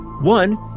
One